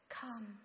Come